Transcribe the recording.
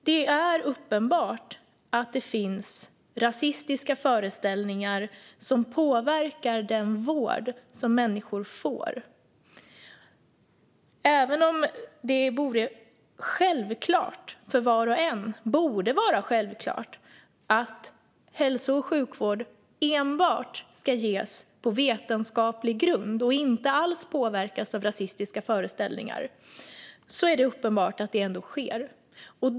Det är uppenbart att det finns rasistiska föreställningar som påverkar den vård som människor får. Även om det borde vara självklart för var och en att hälso och sjukvård enbart ska ges på vetenskaplig grund och inte alls påverkas av rasistiska föreställningar är det uppenbart att det ändå sker.